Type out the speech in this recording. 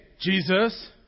Jesus